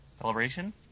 Celebration